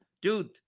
Dude